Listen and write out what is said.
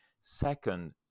Second